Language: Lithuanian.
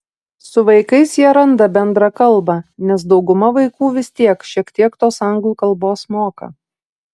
su vaikais jie randa bendrą kalbą nes dauguma vaikų vis tiek šiek tiek tos anglų kalbos moka